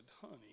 Honey